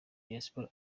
diaspora